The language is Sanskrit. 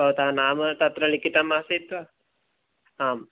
भवतः नाम तत्र लिखितम् आसीत् वा आं